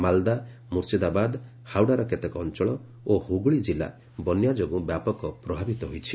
ମାଲଦା ମୁର୍ସିଦାବାଦ ହାଉଡ଼ାର କେତେକ ଅଞ୍ଚଳ ଓ ହୁଗୁଳି ଜିଲ୍ଲା ବନ୍ୟା ଯୋଗୁଁ ବ୍ୟାପକ ପ୍ରଭାବିତ ହୋଇଛି